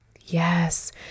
Yes